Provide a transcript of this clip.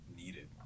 needed